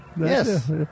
Yes